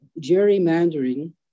gerrymandering